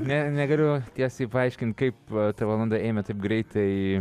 ne negaliu tiesiai paaiškint kaip ta valanda ėmė taip greitai